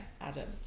Adam